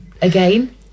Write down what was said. again